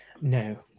No